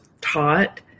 taught